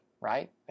right